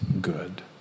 good